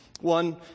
One